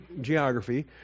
geography